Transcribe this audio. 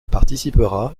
participera